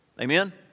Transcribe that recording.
Amen